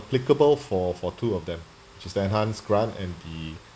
applicable for for two of them which's the enhanced grant and the